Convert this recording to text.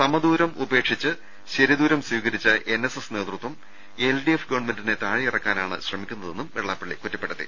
സമദൂരം ഉപേക്ഷിച്ച് ശരിദൂരം സ്വീകരിച്ച എൻ എസ് എസ് നേതൃത്വം എൽ ഡി എഫ് ഗവൺമെന്റിനെ താഴെയിറക്കാനാണ് ശ്രമിക്കുന്നതെന്നും വെള്ളാപ്പള്ളി കുറ്റ പ്പെടുത്തി